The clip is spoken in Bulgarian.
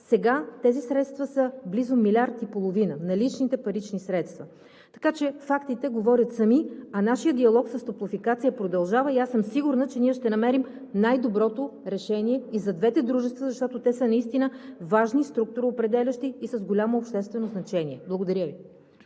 Сега тези средства са близо милиард и половина – наличните парични средства. Така че фактите говорят сами, а нашият диалог с „Топлофикация“ продължава и аз съм сигурна, че ние ще намерим най-доброто решение и за двете дружества, защото те са наистина важни, структуроопределящи и с голямо обществено значение. Благодаря Ви.